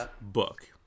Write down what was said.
book